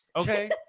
Okay